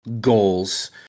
goals